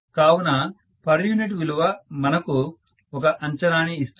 కావున per unit విలువ మనకు ఒక అంచనాని ఇస్తుంది